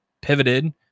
pivoted